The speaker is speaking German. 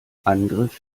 angriff